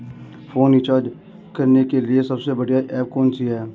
Phone recharge करने के लिए सबसे बढ़िया ऐप कौन सी है?